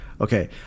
Okay